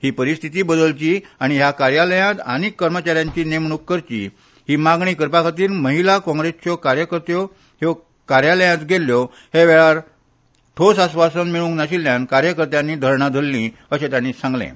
ही परिस्थिती बदलपी आनी ह्या कार्यालयांत आनीक कर्मचा यांची नेमणूक करची ही मागणी करपा खातीर महिला काँग्रेसीच्यो कार्यकर्त्यो ह्या कार्यालयांत गेल्ल्यो ह्या वेळार ठोस आस्वासन मेळूक नाशिल्ल्यान कार्यकर्त्यांनी धरणा धरली अशे तांणी सांगलें